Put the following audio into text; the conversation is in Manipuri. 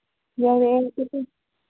ꯌꯧꯔꯛꯑꯦ